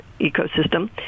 ecosystem